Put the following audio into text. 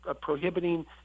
Prohibiting